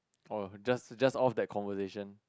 oh just just all that conversation